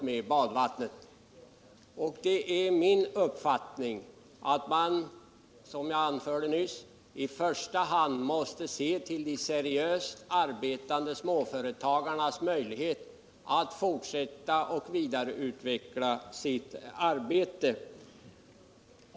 Som jag anförde nyss har jag den uppfattningen att man i första hand måste se till de seriöst arbetande småföretagarnas möjligheter att fortsätta och vidareutveckla sitt arbete.